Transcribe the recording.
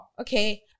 okay